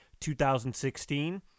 2016